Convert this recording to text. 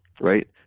right